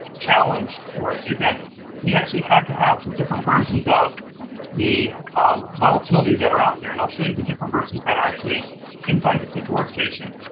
challenge is that we actually have to have the different versions of the um volatility that are out there. and i'll show you the different versions that are actually inside the sift workstation.